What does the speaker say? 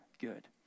good